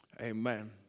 Amen